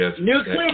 Nuclear